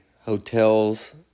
hotels